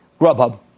Grubhub